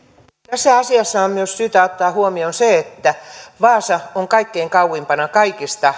tässä asiassa on syytä ottaa huomioon myös se että vaasa on kaikkein kauimpana kaikista